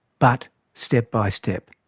but step by step.